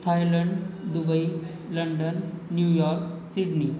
Thailand Dubai London New York Sydney